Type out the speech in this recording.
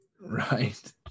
Right